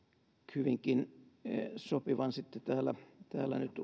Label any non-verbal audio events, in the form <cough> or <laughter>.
hyvinkin sopivan täällä täällä nyt <unintelligible>